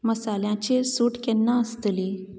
मसाल्याचेर सूट केन्ना आसतली